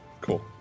cool